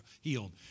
healed